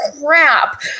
crap